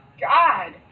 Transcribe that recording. God